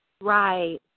Right